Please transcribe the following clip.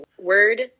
word